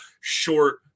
short